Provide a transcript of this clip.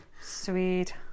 sweet